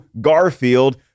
Garfield